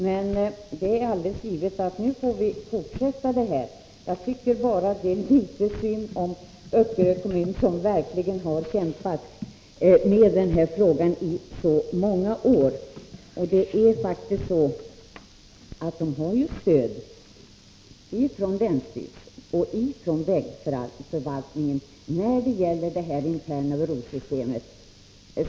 Men det är alldeles givet att nu får vi fortsätta med det här. Jag tycker bara att det är synd om Öckerö kommun, som verkligen har kämpat med frågan i så många år. Man har stöd från länsstyrelsen och från vägförvaltningen när det gäller det interna brosystemet.